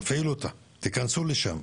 תפעילו אותה, תכנסו לשם.